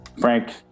frank